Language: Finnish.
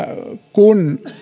kun